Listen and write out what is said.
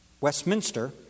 Westminster